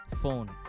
phone